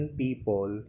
people